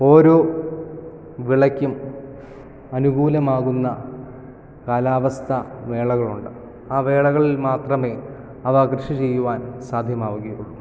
ഓരോ വിളക്കും അനുകൂലമാകുന്ന കാലാവസ്ഥ വേളകളുണ്ട് ആ വേളകളിൽ മാത്രമേ അവ കൃഷി ചെയ്യുവാൻ സാധ്യമാവുകയുള്ളൂ